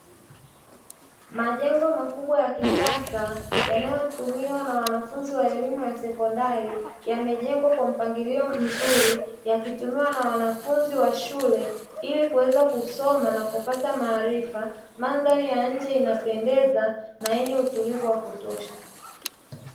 Majengo makubwa ya kisasa yanayotumiwa na wanafunzi wa elimu ya sekondari yamejengwa kwa mpangilio mzuri, yakitumiwa na wanafunzi wa shule ilikuweza kusoma na kupata maarifa, mandhari ya nje inapendeza na yenye utulivu wa kutosha.